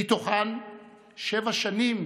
ומתוכן שבע שנים